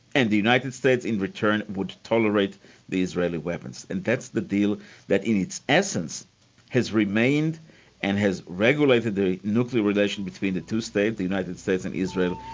and the united states in return would tolerate the israeli weapons and that's the deal that in its essence has remained and has regulated the nuclear relations between the two states, the united states and israel,